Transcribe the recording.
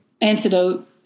antidote